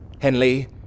Henley